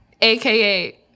AKA